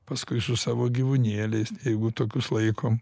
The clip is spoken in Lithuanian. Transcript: paskui su savo gyvūnėliais jeigu tokius laikom